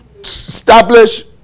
Establish